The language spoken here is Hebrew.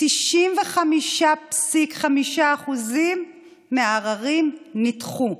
95.5% מהעררים נדחו.